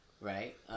right